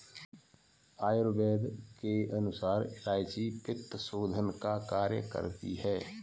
आयुर्वेद के अनुसार इलायची पित्तशोधन का कार्य करती है